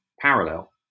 parallel